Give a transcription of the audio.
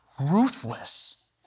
ruthless